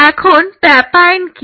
এখন প্যাপাইন কি